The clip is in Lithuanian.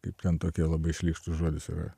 kaip ten tokia labai šlykštus žodis yra